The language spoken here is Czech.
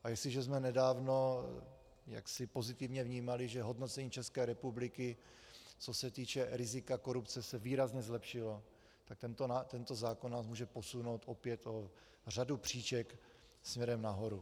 A jestliže jsme nedávno jaksi pozitivně vnímali, že hodnocení České republiky, co se týče rizika korupce, se výrazně zlepšilo, tak tento zákon nás může posunout opět o řadu příček směrem nahoru.